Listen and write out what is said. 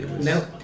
No